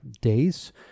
days